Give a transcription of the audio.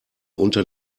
unter